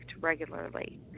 regularly